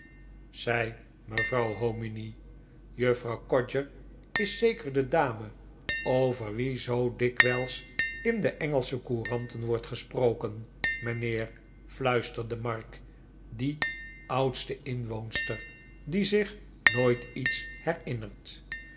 zei mevrouw hominy jufirouw codger is zeker de dame over wi e zoo dikwijls in de engelsche couranten wordt gesproken mijnheer fluisterde mark die oudste inwoonster die zich nooit iets herinnert